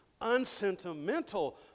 unsentimental